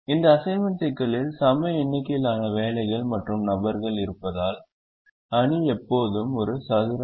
இந்த அசைன்மென்ட் சிக்கலில் சம எண்ணிக்கையிலான வேலைகள் மற்றும் நபர்கள் இருப்பதால் அணி எப்போதும் ஒரு சதுர அணி